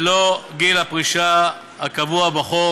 ולא גיל הפרישה הקבוע בחוק,